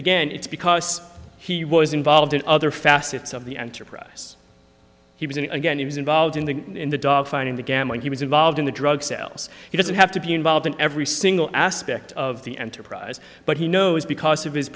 again it's because he was involved in other facets of the enterprise he was in again he was involved in the in the dogfighting began when he was involved in the drug sales he doesn't have to be involved in every single aspect of the enterprise but he knows because of his